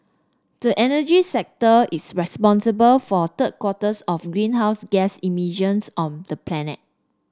the energy sector is responsible for third quarters of greenhouse gas emissions on the planet